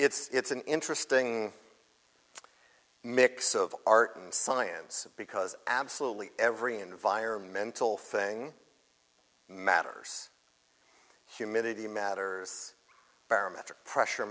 bacteria it's an interesting mix of art and science because absolutely every environmental thing matters humidity matters barometric pressure